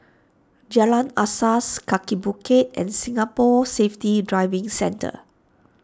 Jalan Asas Kaki Bukit and Singapore Safety Driving Centre